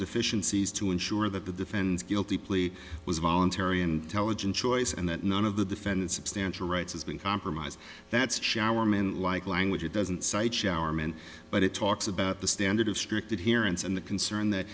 deficiencies to ensure that the defense guilty plea was voluntary and telegin choice and that none of the defendants substantial rights has been compromised that's shower manlike language it doesn't cite shower men but it talks about the standard of strict adherence and the concern that